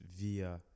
via